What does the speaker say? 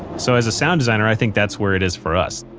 so as a sound designer, i think that's where it is for us.